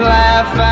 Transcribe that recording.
laugh